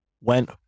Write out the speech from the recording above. went